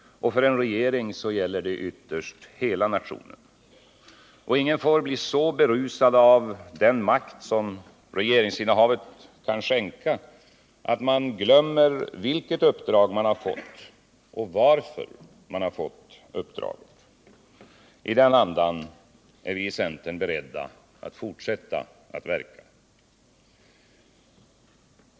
För en regering är det ytterst hela nationen. Ingen får bli så berusad av den makt som regeringsinnehavet kan skänka, att man glömmer vilket uppdrag man har fått och varför man har fått det. I den andan är vi i centern beredda att fortsätta att verka.